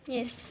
Yes